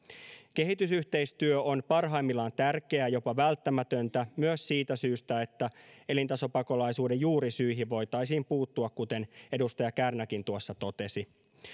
kehitysyhteistyö on parhaimmillaan tärkeää jopa välttämätöntä myös siitä syystä että elintasopakolaisuuden juurisyihin voitaisiin puuttua kuten edustaja kärnäkin tuossa totesi